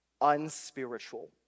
unspiritual